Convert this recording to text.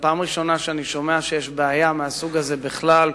זו הפעם הראשונה שאני שומע שיש בעיה מהסוג הזה בכלל.